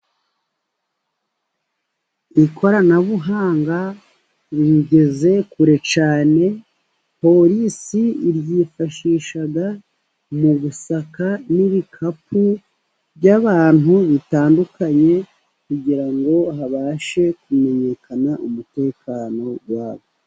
Ikoranabuhanga rigeze kure cyane, polisi iryifashisha mu gusaka n'ibikapu by'abantu bitandukanye kugira ngo habashe kumenyekana umutekano wabo.